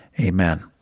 Amen